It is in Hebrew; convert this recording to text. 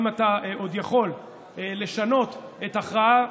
אם אתה עוד יכול לשנות את ההכרעה,